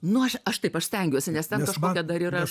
nu aš aš taip aš stengiuosi nes ten kažkokia dar yra